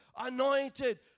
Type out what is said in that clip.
anointed